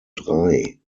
drei